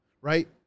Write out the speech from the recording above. Right